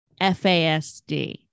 FASD